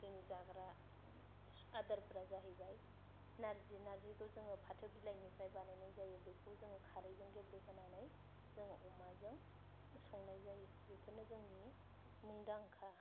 जोंनि जाग्रा आदारफोरा जाहैबाय नार्जि नार्जिखौ जोङो फाथो बिलायनिफ्राय बानायनाय जायो बेखौ जोङो खारैजों गेब्लेहोनानै जों अमाजों संनाय जायो बेफोरनो जोंनि मुंदांखा